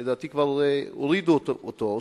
לדעתי כבר הורידו אותו או